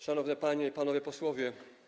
Szanowni Panie i Panowie Posłowie!